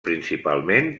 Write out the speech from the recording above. principalment